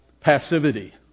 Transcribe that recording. passivity